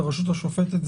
הרשות השופטת,